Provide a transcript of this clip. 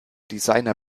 designer